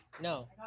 No